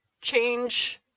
change